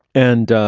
and